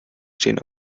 stehen